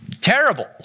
terrible